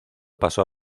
pasó